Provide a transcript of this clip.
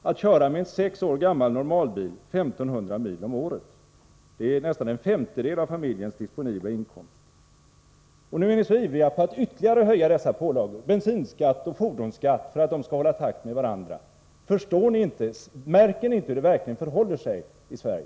att köra med en sex år gammal normalbil 1 500 mil om året. Det är nästan en femtedel av familjens disponibla inkomst. Nu är ni ivriga på att ytterligare höja dessa pålagor — bensinskatt och fordonsskatt — för att de skall hålla takt med varandra. Märker ni inte hur det verkligen förhåller sig i Sverige?